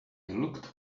looked